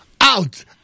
out